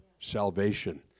Salvation